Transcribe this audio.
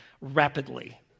rapidly